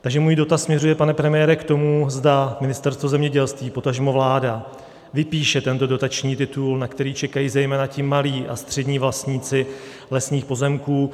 Takže můj dotaz směřuje, pane premiére, k tomu, zda Ministerstvo zemědělství, potažmo vláda, vypíše tento dotační titul, na který čekají zejména malí a střední vlastníci lesních pozemků.